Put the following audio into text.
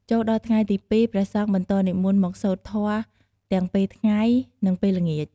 ចូលមកដល់ថ្ងៃទី២ ព្រះសង្ឃបន្តនិមន្តមកសូត្រធម៌ទាំងពេលថ្ងៃ និងពេលល្ងាច។